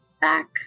back